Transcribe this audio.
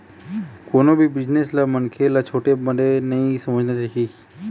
कोनो भी बिजनेस ल मनखे ल छोटे बड़े नइ समझना चाही